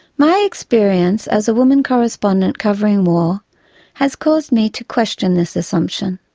my experience as a woman correspondent covering war has caused me to question this assumption.